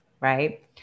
Right